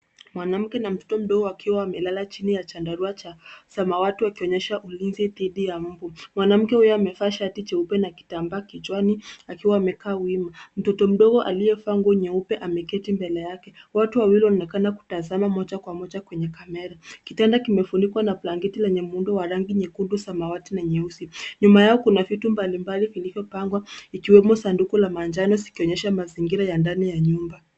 Mwanamke na mtoto mdogo wakiwa wamelala chini ya chandarua cha samawati wakionyesha ulinzi dhidi ya mbu. Mwanamke huyo amevaa shati cheupe na kitambaa kichwani akiwa amekaa wima. Mtoto mdogo aliyevaa nguo nyeupe ameketi mbele yake. Watu wawili wanaonekana kutazama moja kwa moja kwenye kamera. Kitanda kimefunikwa na blanketi lenye muundo wa rangi nyekundu samawati na nyeusi. Nyuma yao kuna vitu mbalimbali vilivyopangwa ikiwemo sanduku la manjano ikionyesha mazingira ya ndani ya nyumba.